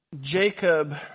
Jacob